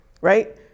right